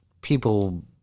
people